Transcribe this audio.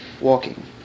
walking